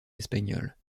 espagnoles